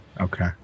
Okay